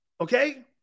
Okay